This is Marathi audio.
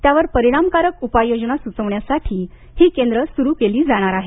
त्यावर परिणामकारक उपाय योजना सुचवण्यासाठी ही केंद्र सुरु केली जाणार आहेत